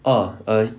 orh err